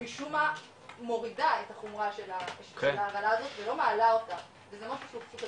משום מה מורידה את החומרה של ההרעלה הזו ולא מעלה אותה וזה סוג של